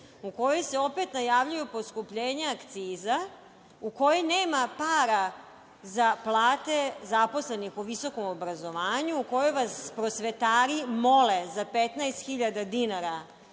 u kojoj se opet najavljuju poskupljenja akciza, u kojoj nema para za plate zaposlenih u visokom obrazovanju, u kojoj vas prosvetari mole za 15 hiljada